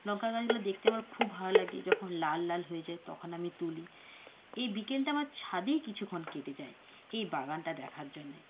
লঙ্কা গাছগুলো দেখতে আমার খুব ভালো লাগে যখন লাল লাল হয়ে যায় তখন আমি তুলি এই বিকেলটা আমার ছাদেই কিছুক্ষণ কেটে যায় এই বাগানটা দেখার জন্য